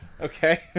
Okay